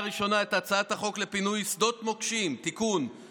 ראשונה את הצעת החוק לפינוי שדות מוקשים (תיקון),